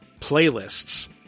playlists